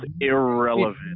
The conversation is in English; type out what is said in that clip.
Irrelevant